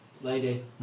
Lady